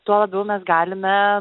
tuo labiau mes galime